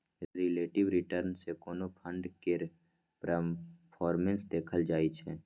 relative return सँ कोनो fund केर परफॉर्मेस देखल जाइ छै